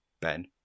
Ben